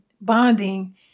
bonding